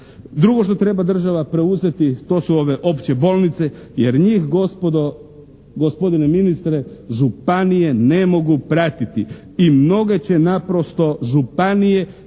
Drugo što treba država preuzeti to su ove opće bolnice jer njih gospodo, gospodine ministre, županije ne mogu pratiti i mnoge će naprosto županije